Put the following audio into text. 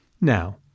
Now